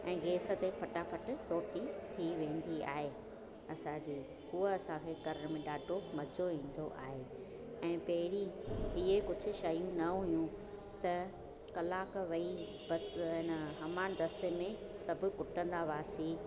ऐं गेस ते फटाफटि रोटी थी वेंदी आहे असांजी उहो असांखे करण में ॾाढो मज़ो ईंदो आहे ऐं पहिरीं इहे कुझु शयूं न हुयूं त कलाक वेही बस अन हमाम दस्ते में सभु कुटंदा हुआसीं